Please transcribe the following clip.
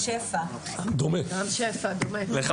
אני שמח